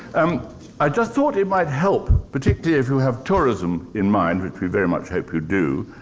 um i just thought it might help, particularly if you have tourism in mind, which we very much hope you do,